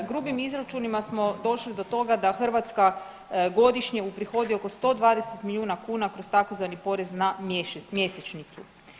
Grubim izračunima smo došli do toga da Hrvatska godišnje uprihodi oko 120 milijuna kuna kroz tzv. porez na mjesečnicu.